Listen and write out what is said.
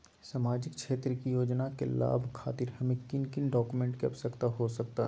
सामाजिक क्षेत्र की योजनाओं के लाभ खातिर हमें किन किन डॉक्यूमेंट की आवश्यकता हो सकता है?